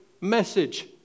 message